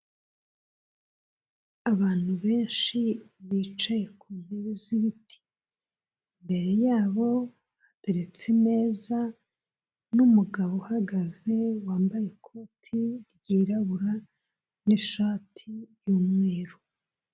Abantu benshi bicaye ku ntebe z'ibiti, imbere yabo hateretse imeza n'umugabo uhagaze wambaye ikoti ryirabura n'ishati y'umweru.